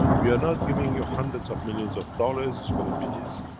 we are not giving you hundreds of millions of dollars, it's gonna be years.